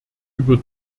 über